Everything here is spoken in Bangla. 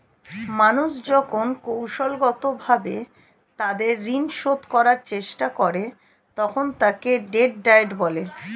মানুষ যখন কৌশলগতভাবে তাদের ঋণ শোধ করার চেষ্টা করে, তখন তাকে ডেট ডায়েট বলে